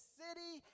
city